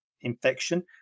infection